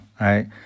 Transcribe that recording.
right